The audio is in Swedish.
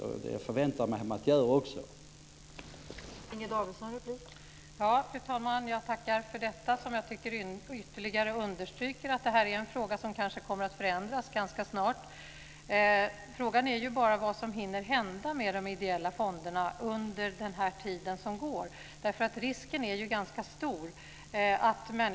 Och det förväntar jag mig också att man gör.